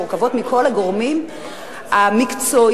מכל הגורמים המקצועיים,